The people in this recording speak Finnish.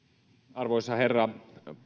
arvoisa herra